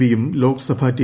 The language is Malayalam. വിയും ലോക്സഭ ടി